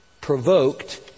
provoked